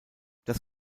das